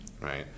right